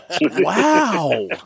Wow